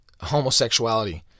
homosexuality